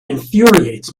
infuriates